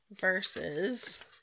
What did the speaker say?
versus